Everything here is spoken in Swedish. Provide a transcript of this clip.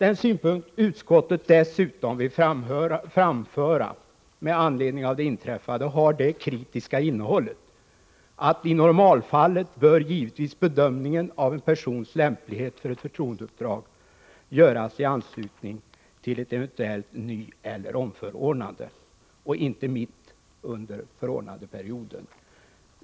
En synpunkt som utskottet dessutom vill framföra med anledning av det inträffade har det kritiska innehållet, att bedömningen av en persons lämplighet för ett förtroendeuppdrag i normalfallet givetvis bör göras i anslutning till ett eventuellt nyeller omförordnande och inte mitt under förordnandeperioden.